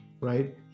right